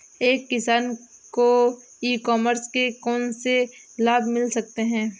एक किसान को ई कॉमर्स के कौनसे लाभ मिल सकते हैं?